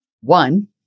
one